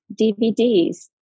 DVDs